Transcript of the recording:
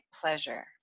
pleasure